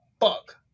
fuck